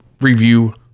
review